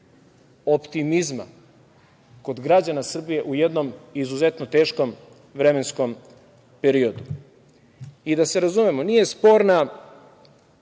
optimizma kod građana Srbije u jednom izuzetno teškom vremenskom periodu.I da se razumemo, nije sporna